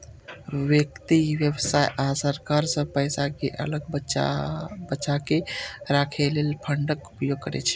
व्यक्ति, व्यवसाय आ सरकार सब पैसा कें अलग बचाके राखै लेल फंडक उपयोग करै छै